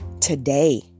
today